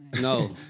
No